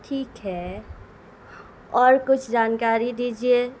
ٹھیک ہے اور کچھ جانکاری دیجیے